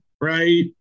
right